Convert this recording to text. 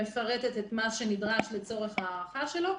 מפרטת את מה שנדרש לצורך ההארכה שלו.